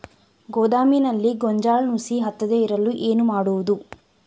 ಗೋದಾಮಿನಲ್ಲಿ ಗೋಂಜಾಳ ನುಸಿ ಹತ್ತದೇ ಇರಲು ಏನು ಮಾಡುವುದು?